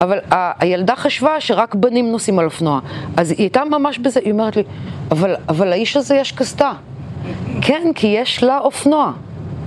אבל ה... הילדה חשבה שרק בנים נוסעים על אופנוע. אז היא הייתה ממש בזה, היא אומרת לי "אבל... אבל לאיש הזה יש קסדה" -כן, כי יש לה אופנוע